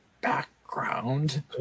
background